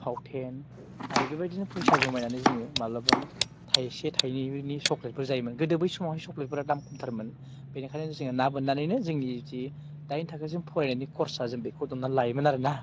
फावथेन आरो बेबायदिनो फैसा जमायनानै जोङो मालाबा थाइसे थाइनैनि सक्लेटफोर जायोमोन गोदो बै समाव सक्लेटफोरा दामथारमोन बेनिखायनो जोङो ना बोननानैनो जोंनि जि दाइन थाखोसिम फरायनायनि खरसा जों बेखौ दननानै लायोमोन आरो ना